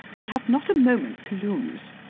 we have not a moment to lose.